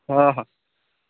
ᱦᱚᱸ ᱦᱚᱸ